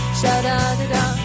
sha-da-da-da